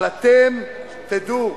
אבל אתם תדעו,